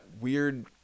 weird